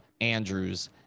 Andrews